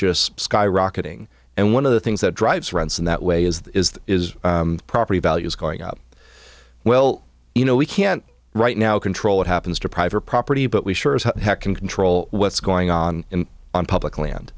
just skyrocketing and one of the things that drives rents in that way is that is property values going up well you know we can't right now control what happens to private property but we sure as heck can control what's going on on public land